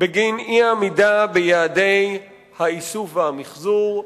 בגין אי-עמידה ביעדי האיסוף והמיחזור,